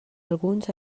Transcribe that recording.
alguns